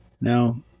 Now